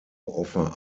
offer